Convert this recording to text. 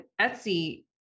Etsy